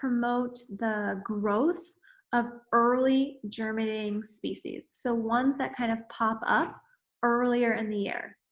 promote the growth of early germinating species so ones that kind of pop up earlier in the year.